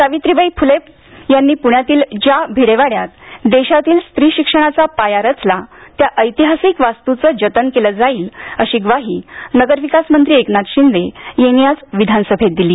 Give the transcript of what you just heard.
सावित्रीबाई फ़ले यांनी प्ण्यातील ज्या भिडे वाड्यात देशातील स्त्री शिक्षणाचा पाया रचला त्या ऐतिहासिक वास्तुचं जतन केलं जाईल अशी ग्वाही नगरविकास मंत्री एकनाथ शिंदे यांनी आज विधानसभेत दिली